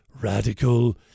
radical